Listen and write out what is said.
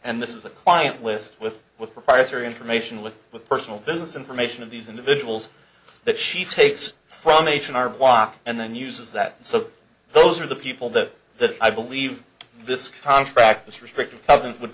and this is a client list with with proprietary information with with personal business information of these individuals that she takes from h and r block and then uses that so those are the people that the i believe this contract is restrictive covenants would